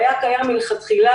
הוא היה קיים מלכתחילה,